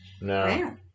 No